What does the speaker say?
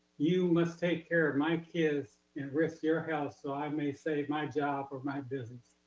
you must take care of my kids and risk your health so i may save my job or my business.